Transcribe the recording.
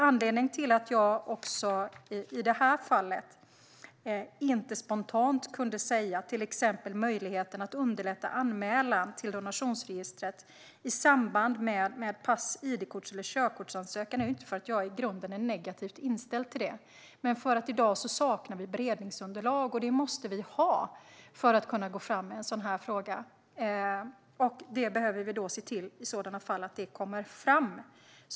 Anledningen till att jag i det här fallet inte spontant kunde säga ja till exempelvis möjligheten att underlätta anmälan till donationsregistret i samband med pass, id-korts eller körkortsansökan är inte att jag i grunden är negativt inställd till detta, men i dag saknar vi beredningsunderlag. Det måste vi ha för att kunna gå fram med en sådan fråga. Det behöver vi i så fall se till att det kommer fram.